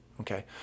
okay